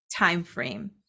timeframe